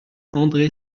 andré